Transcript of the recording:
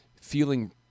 feeling